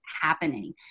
happening